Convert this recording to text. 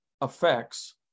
affects